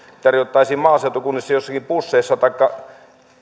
tarjottaisiin maaseutukunnissa joissakin busseissa taikka